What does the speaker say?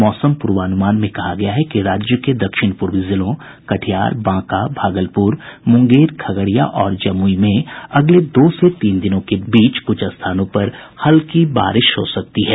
मौसम पूर्वानुमान में कहा गया है कि राज्य के दक्षिण पूर्व जिलों कटिहार बांका भागलपुर मुंगेर खगड़िया और जमुई में अगले दो से तीन दिनों के बीच कुछ स्थानों पर हल्की बारिश हो सकती है